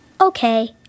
Okay